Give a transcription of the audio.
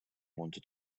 wanted